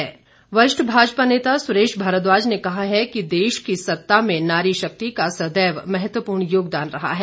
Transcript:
सुरेश भारद्वाज वरिष्ठ भाजपा नेता सुरेश भारद्वाज ने कहा है कि देश की सत्ता में नारी शक्ति का सदैव महत्वपूर्ण योगदान रहा है